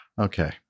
Okay